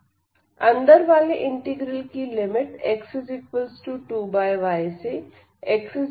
अंदर वाले इंटीग्रल की लिमिट x2y सेx 2y है